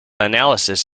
analysis